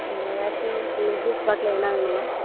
வேறு ஏதாச்சி உங்களுக்கு ஜூஸ் பாட்டில் எதனா வேணுமா